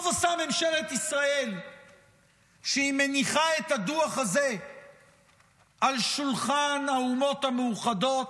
טוב עשתה ממשלת ישראל שהיא מניחה את הדוח הזה על שולחן האומות המאוחדות.